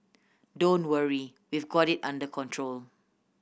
don't worry we've got it under control